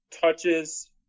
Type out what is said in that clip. touches